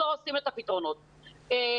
היו מכריזים סכסוך עבודה על אי פתיחת שנה,